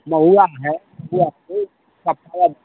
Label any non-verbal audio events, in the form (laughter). महुवा है (unintelligible)